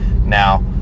Now